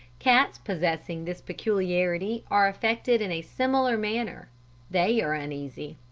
cats possessing this peculiarity are affected in a similar manner they are uneasy.